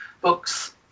books